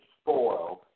spoiled